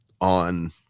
on